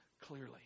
clearly